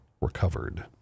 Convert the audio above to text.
recovered